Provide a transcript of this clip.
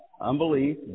unbelief